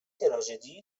تراژدی